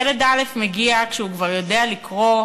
ילד א' מגיע כשהוא כבר יודע לקרוא,